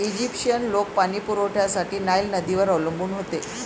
Egyptian लोक पाणी पुरवठ्यासाठी नाईल नदीवर अवलंबून होते